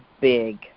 big